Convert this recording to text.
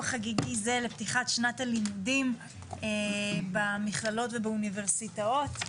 חגיגי זה לפתיחת שנת הלימודים במכללות ובאוניברסיטאות.